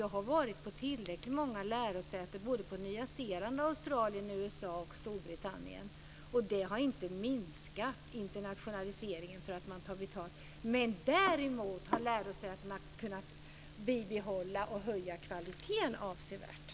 Jag har varit på många lärosäten i Nya Zeeland, Australien, USA och Storbritannien, och internationaliseringen har inte minskat genom att man tar betalt. Men däremot har lärosätena kunnat bibehålla och höja kvaliteten avsevärt.